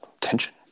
tension